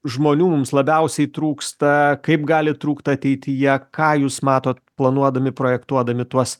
žmonių mums labiausiai trūksta kaip gali trūkt ateityje ką jūs matote planuodami projektuodami tuos